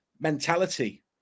mentality